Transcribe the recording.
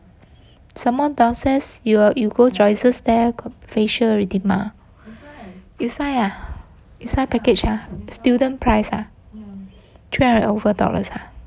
some more downstairs you go choices there got facial redeem mah you sign ah you sign package ah student price ah three hundred over dollars ah